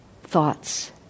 thoughts